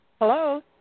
Hello